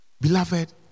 Beloved